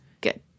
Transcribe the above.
good